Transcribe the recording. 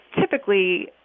typically